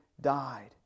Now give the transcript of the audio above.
died